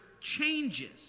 changes